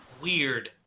weird